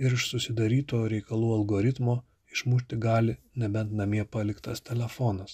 ir iš susidaryto reikalų algoritmo išmušti gali nebent namie paliktas telefonas